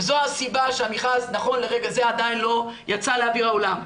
וזו הסיבה שהמכרז נכון לרגע זה עדיין לא יצא לאויר העולם.